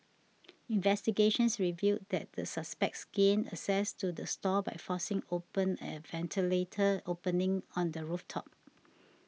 investigations revealed that the suspects gained access to the stall by forcing open a ventilator opening on the roof top